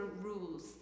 rules